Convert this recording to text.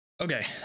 Okay